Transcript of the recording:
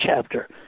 chapter